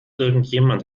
irgendjemand